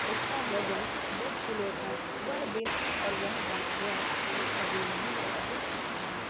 اس کا وزن دس کلو تھا وہ دن اور وہ واقعہ ہم کبھی نہیں بھول سکتے ہیں